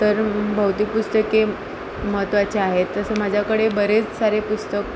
तर भौतिक पुस्तके महत्वाचे आहेत तसं माझ्याकडे बरेच सारे पुस्तक